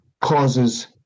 causes